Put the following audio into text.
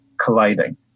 colliding